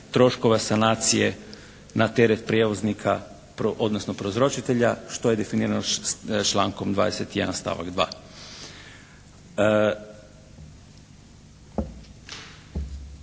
troškova sanacije na teret prijevoznika, odnosno prouzročitelja što je definirano člankom 21. stavak 2.